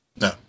No